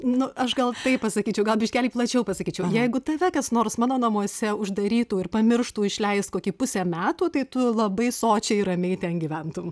nu aš gal taip pasakyčiau gal biškelį plačiau pasakyčiau jeigu tave kas nors mano namuose uždarytų ir pamirštų išleist kokį pusę metų tai tu labai sočiai ramiai ten gyventum